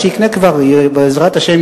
בעזרת השם,